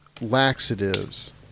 laxatives